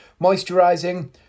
moisturizing